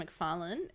McFarlane